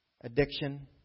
addiction